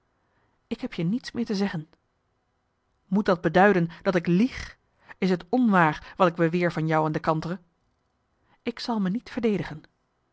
ik heb je niets meer te zeggen moet dat beduiden dat ik lieg is t onwaar wat ik beweer van jou en de kantere ik zal me niet verdedigen